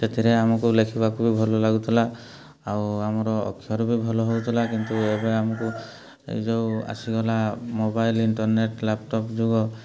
ସେଥିରେ ଆମକୁ ଲେଖିବାକୁ ବି ଭଲ ଲାଗୁଥିଲା ଆଉ ଆମର ଅକ୍ଷର ବି ଭଲ ହେଉଥିଲା କିନ୍ତୁ ଏବେ ଆମକୁ ଏଇ ଯୋଉ ଆସିଗଲା ମୋବାଇଲ୍ ଇଣ୍ଟର୍ନେଟ୍ ଲ୍ୟାପଟପ୍ ଯୁଗ